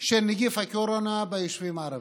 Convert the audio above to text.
של נגיף הקורונה ביישובים הערביים.